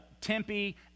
Tempe